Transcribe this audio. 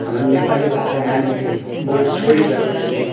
हाम्रो नेपाली भाषा नानीहरूले बोल्नु छोडिसक्यो अहिले